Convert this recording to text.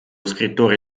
scrittore